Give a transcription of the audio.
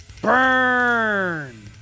Burn